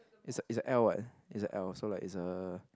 it's a it's a L what it's a L so like it's a